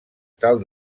tal